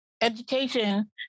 education